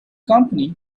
company